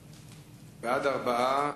בעד, 4,